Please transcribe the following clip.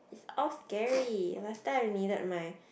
all scary last time I needed my